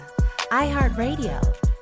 iHeartRadio